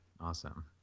Awesome